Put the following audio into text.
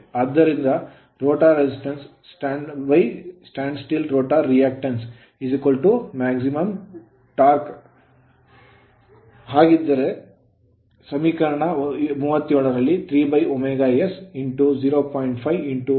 ಆದ್ದರಿಂದ rotor resistance rotor resistance stand still rotor reactance stand still rotor reactance max torque ಗರಿಷ್ಠ torque ಗಾಗಿ slip slip ಅದನ್ನು ಅಭಿವ್ಯಕ್ತಿಯಲ್ಲಿ ಹಾಕಿದರೆ 3ωs 0